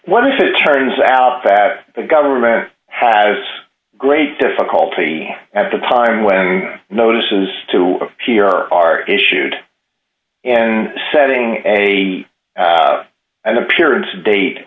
what it turns out that the government has great difficulty at the time when notices to hear are issued and setting a an appearance date